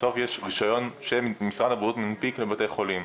בסוף יש רישיון שמשרד הבריאות מנפיק לבתי חולים.